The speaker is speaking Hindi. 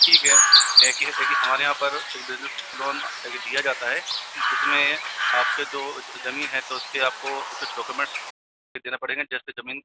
ठीक है देखिये है देखिये हमारे यहाँ पर एक बिजनेस लोन एक दिया जाता है इसमें आपके जो जमीन है तो उसपे आपको कुछ डॉकोमेंट्स देना पड़ेगा जैसे जमीन